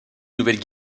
nouvelle